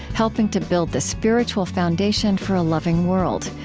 helping to build the spiritual foundation for a loving world.